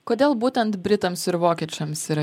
kodėl būtent britams ir vokiečiams yra